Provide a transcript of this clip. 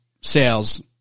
sales